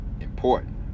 important